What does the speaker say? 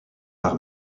par